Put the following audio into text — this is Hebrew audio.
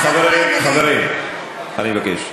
חברים, אני מבקש.